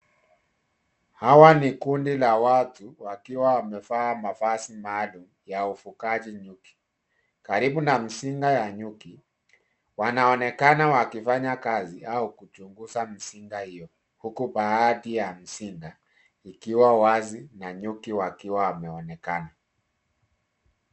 Hawa ni kundi la watu wakiwa wamevaa mavazi maalum ya ufugaji nyuki. Karibu na mzinga ya nyuki, wanaonekana wakifanya kazi au kuchunguza mzinga hiyo huku baadhi ya mzinga ikiwa wazi na nyuki wakiwa wanaonekana.